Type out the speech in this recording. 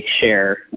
share